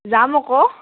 যাম আকৌ